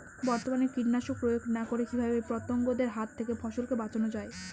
বর্তমানে কীটনাশক প্রয়োগ না করে কিভাবে পতঙ্গদের হাত থেকে ফসলকে বাঁচানো যায়?